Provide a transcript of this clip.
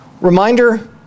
Reminder